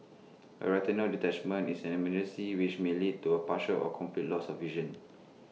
A retinal detachment is an emergency which may lead to A partial or complete loss of vision